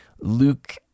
Luke